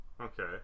okay